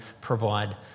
provide